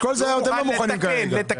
לשקול זה אתם לא מוכנים כרגע.